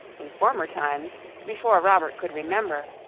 in former times, before robert could remember,